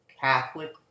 Catholic